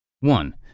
One